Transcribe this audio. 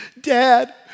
Dad